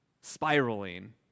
spiraling